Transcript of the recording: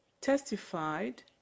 testified